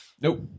Nope